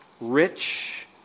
rich